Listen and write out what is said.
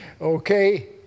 Okay